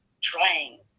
trying